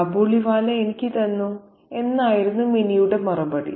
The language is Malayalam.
കാബൂളിവാല എനിക്ക് തന്നു എന്നായിരുന്നു മിനിയുടെ മറുപടി